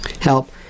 help